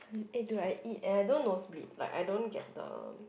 eh dude I eat and I don't nosebleed like I don't get the